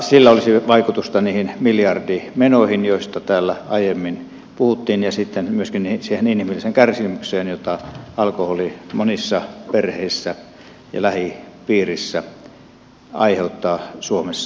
sillä olisi vaikutusta niihin miljardimenoihin joista täällä aiemmin puhuttiin ja sitten myöskin siihen inhimilliseen kärsimykseen jota alkoholi monissa perheissä ja lähipiirissä aiheuttaa suomessa